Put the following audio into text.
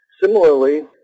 Similarly